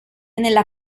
nella